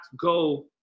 go